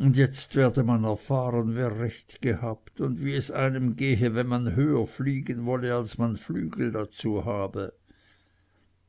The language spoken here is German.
und jetzt werde man erfahren wer recht gehabt und wie es einem gehe wenn man höher fliegen wolle als man flügel dazu habe